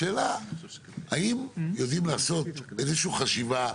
השאלה האם יודעים לעשות איזושהי חשיבה,